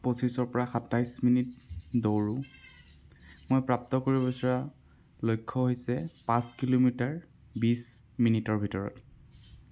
পঁচিছৰ পৰা সাতাইছ মিনিট দৌৰোঁ মই প্ৰাপ্ত কৰিব বিচৰা লক্ষ্য হৈছে পাঁচ কিলোমিটাৰ বিছ মিনিটৰ ভিতৰত